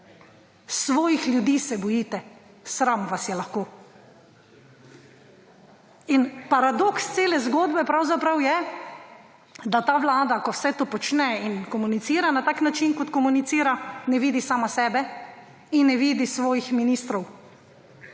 Svojih ljudi se bojite, sram vas je lahko! Paradoks cele zgodbe pravzaprav je, da ta vlada, ko vse to počne in komunicira na tak način, kot komunicira, ne vidi sama sebe in ne vidi svojih ministrov.